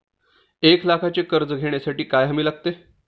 एक लाखाचे कर्ज घेण्यासाठी काय हमी लागते?